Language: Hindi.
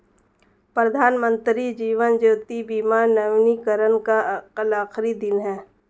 प्रधानमंत्री जीवन ज्योति बीमा नवीनीकरण का कल आखिरी दिन है